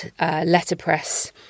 letterpress